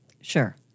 Sure